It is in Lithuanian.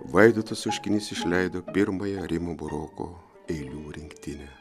vaidotas oškinis išleido pirmąją rimo buroko eilių rinktinę